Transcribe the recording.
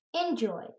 Enjoy